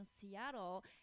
Seattle